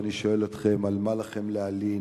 ואני שואל אתכם: על מה לכם להלין?